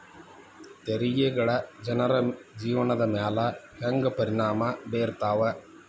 ತೆರಿಗೆಗಳ ಜನರ ಜೇವನದ ಮ್ಯಾಲೆ ಹೆಂಗ ಪರಿಣಾಮ ಬೇರ್ತವ